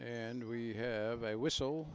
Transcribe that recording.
and we have a whistle